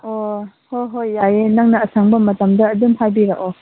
ꯑꯣ ꯍꯣꯏ ꯍꯣꯏ ꯌꯥꯏꯌꯦ ꯅꯪꯅ ꯑꯁꯪꯕ ꯃꯇꯝꯗ ꯑꯗꯨꯝ ꯍꯥꯏꯕꯤꯔꯛꯑꯣ